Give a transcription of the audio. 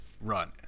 run